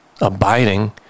abiding